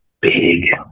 big